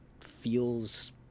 feels